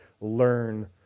learn